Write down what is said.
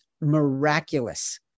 miraculous